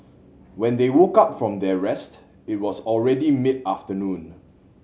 when they woke up from their rest it was already mid afternoon